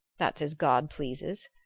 that's as god pleases.